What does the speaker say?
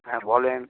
হ্যাঁ বলুন